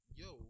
yo